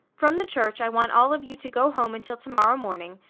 from the church i want all of you to go home until to-morrow morning,